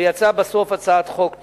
ויצאה בסוף הצעת חוק טובה.